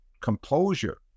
composure